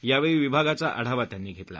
यावेळी विभागाचा आढावा त्यांनी घेतला